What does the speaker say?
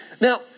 Now